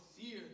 fear